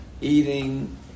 eating